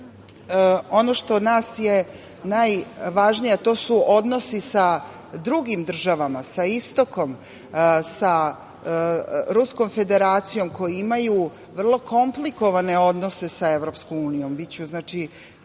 ono što je za nas najvažnije, a to su odnosi sa drugim državama, sa istokom, sa Ruskom Federacijom, koji imaju vrlo komplikovane odnose sa EU, biću